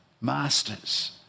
masters